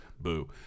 boo